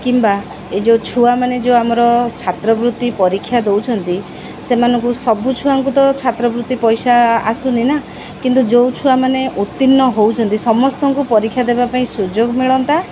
କିମ୍ବା ଏଇ ଯେଉଁ ଛୁଆମାନେ ଯେଉଁ ଆମର ଛାତ୍ରବୃତ୍ତି ପରୀକ୍ଷା ଦଉଛନ୍ତି ସେମାନଙ୍କୁ ସବୁ ଛୁଆଙ୍କୁ ତ ଛାତ୍ର ବୃତ୍ତି ପଇସା ଆସୁନି ନା କିନ୍ତୁ ଯେଉଁ ଛୁଆମାନେ ଉତ୍ତୀର୍ଣ୍ଣ ହଉଛନ୍ତି ସମସ୍ତଙ୍କୁ ପରୀକ୍ଷା ଦେବା ପାଇଁ ସୁଯୋଗ ମିଳନ୍ତା